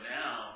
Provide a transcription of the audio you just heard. now